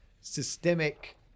systemic